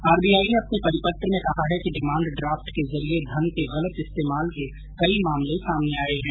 RBI ने अपने परिपत्र में कहा है कि डिमांड ड्राफ्ट के जरिए धन के गलत इस्तेमाल के कई मामले सामने आए हैं